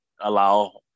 allow